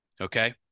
Okay